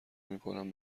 میکنن